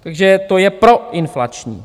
Takže to je proinflační.